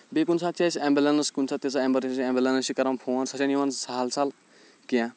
بیٚیہِ کُنہِ ساتہٕ چھِ اَسہِ ایمبولینس کُنہِ ساتہٕ تیٖژاہ ایمرجینسی ایمبولینس چھِ کران فون سۄ چھنہٕ یِوان سَہل سَہل کیٚنٛہہ